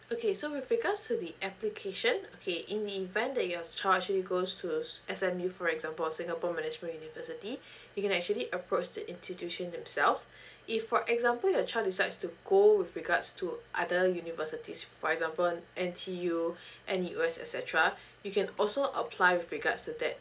okay so with regards to the application okay in the event that your child actually goes to S_M_U for example or singapore management univesity you actually approach the institution themselves if for example your child decides to go with regards to other universities for example N_T_U N_U_S et cetera you can also apply with regards to that